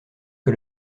que